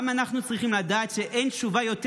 גם אנחנו צריכים לדעת שאין תשובה יותר